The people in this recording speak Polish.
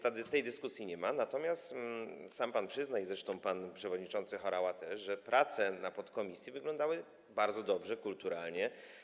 Tej dyskusji nie ma, natomiast sam pan przyzna, zresztą pan przewodniczący Horała też, że prace w podkomisji wyglądały bardzo dobrze, kulturalnie.